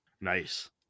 Nice